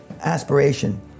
aspiration